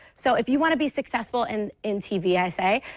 so if you want to be successful and in tv, i say,